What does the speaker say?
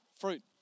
fruit